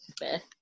Beth